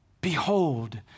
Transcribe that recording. behold